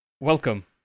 Welcome